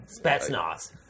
spetsnaz